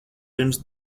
pirms